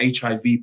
HIV